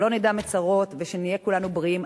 שלא נדע מצרות ושנהיה כולנו בריאים,